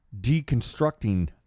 deconstructing